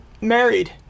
married